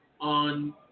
on